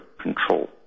control